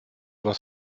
was